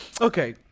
Okay